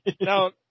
Now